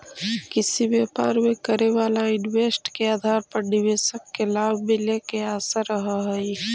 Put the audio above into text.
किसी व्यापार में करे वाला इन्वेस्ट के आधार पर निवेशक के लाभ मिले के आशा रहऽ हई